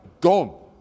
gone